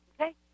Okay